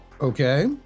Okay